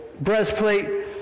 breastplate